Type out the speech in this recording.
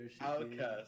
Outcast